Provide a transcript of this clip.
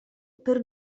per